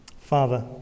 Father